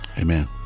Amen